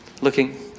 Looking